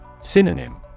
Synonym